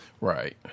Right